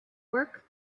work